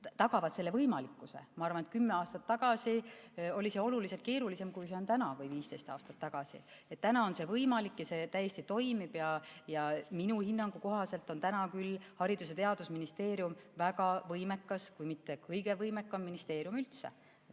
tagavad selle võimalikkuse. Ma arvan, et kümme või 15 aastat tagasi oli see oluliselt keerulisem kui täna. Täna on see võimalik ja see täiesti toimib. Ja minu hinnangu kohaselt on Haridus- ja Teadusministeerium väga võimekas, kui mitte kõige võimekam ministeerium üldse.